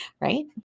right